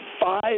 five